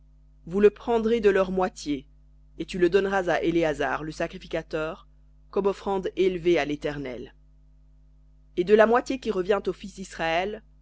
vous le prendrez de leur moitié et tu le donneras à éléazar le sacrificateur comme offrande élevée à léternel et de la moitié qui revient aux fils d'israël